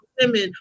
women